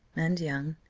and young.